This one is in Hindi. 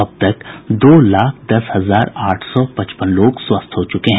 अब तक दो लाख दस हजार आठ सौ पचपन लोग स्वस्थ हो चुके हैं